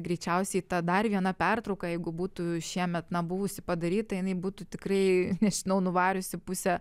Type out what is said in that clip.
greičiausiai ta dar viena pertrauka jeigu būtų šiemet na buvusi padaryta jinai būtų tikrai nežinau nuvariusi pusę